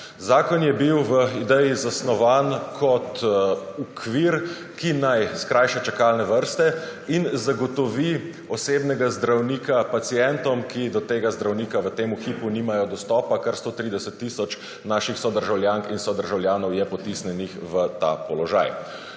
Zakon je bil v ideji zasnovan kot okvir, ki naj skrajša čakalne vrste in zagotovi osebnega zdravnika pacientom, ki do tega zdravnika v temu hipu nimajo dostopa, kar 130 tisoč naših sodržavljank in sodržavljanov je potisnjenih v ta položaj.